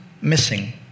missing